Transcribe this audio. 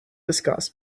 discuss